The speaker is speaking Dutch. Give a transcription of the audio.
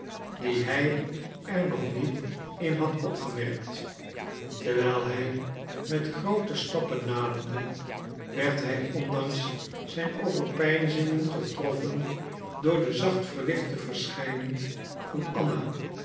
die hij er nog niet in had opgemerkt terwijl hij met groote stappen naderde werd hij ondanks zijn overpeinzingen getroffen door de zacht verlichte verschijning van anna